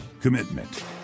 commitment